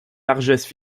largesses